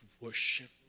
worship